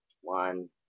One